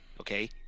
Okay